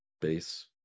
base